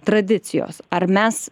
tradicijos ar mes